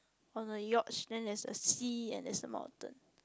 on the yacht then there's a sea and is the mountain